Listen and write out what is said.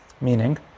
Meaning